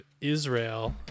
Israel